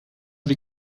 wie